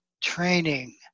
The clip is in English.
training